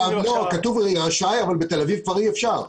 כתוב "רשאי", אבל בתל אביב כבר אי אפשר.